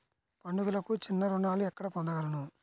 పండుగలకు చిన్న రుణాలు ఎక్కడ పొందగలను?